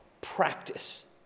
practice